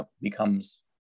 becomes